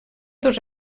dos